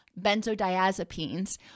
benzodiazepines